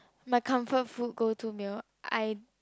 my comfort food go to meal I